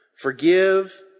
Forgive